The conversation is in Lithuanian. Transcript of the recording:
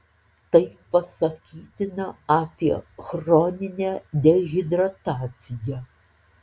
tai pasakytina apie chroninę dehidrataciją